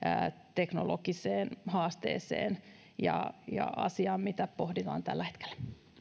teknologiseen haasteeseen ja ja asiaan mitä pohditaan tällä hetkellä